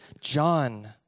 John